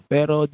Pero